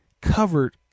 covered –